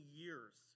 years